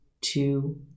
two